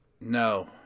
No